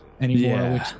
anymore